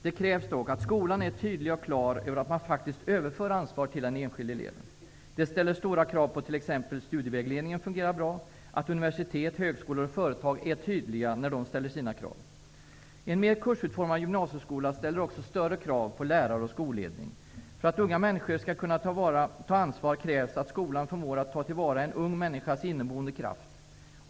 Det krävs dock att skolan är tydlig och klar över att man faktiskt överför ansvar till den enskilde eleven. Det ställer stora krav på att t.ex. studievägledningen fungerar bra och att universitet, högskolor och företag är tydliga när de ställer sina krav. En mer kursutformad gymnasieskola ställer också större krav på lärare och skolledning. För att unga människor skall kunna ta ansvar krävs att skolan förmår att ta till vara en ung människas inneboende kraft.